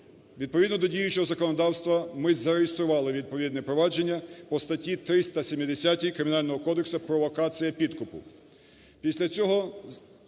Відповідно до діючого законодавства, ми зареєстрували відповідне провадження по статті 370 Кримінального кодексу "Провокація підкупу".